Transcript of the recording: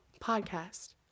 podcast